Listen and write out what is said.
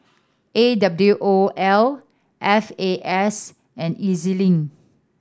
A W O L F A S and E Z Link